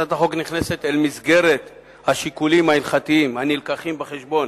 הצעת החוק נכנסת אל מסגרת השיקולים ההלכתיים המובאים בחשבון